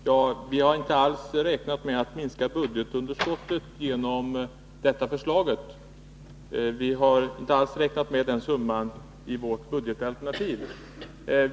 Herr talman! Vi har inte alls räknat med att minska budgetunderskottet genom detta förslag. Denna summa finns inte alls med i vårt budgetalternativ.